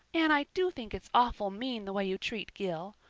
anne, i do think it's awful mean the way you treat gil.